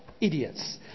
idiots